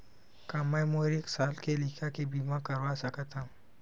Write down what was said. का मै मोर एक साल के लइका के बीमा करवा सकत हव?